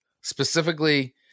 specifically